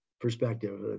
perspective